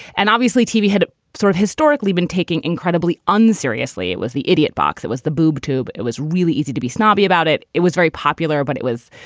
and obviously tv had sort of historically been taking incredibly unna seriously. it was the idiot box that was the boob tube. it was really easy to be snobby about it. it was very popular, but it was,